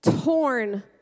torn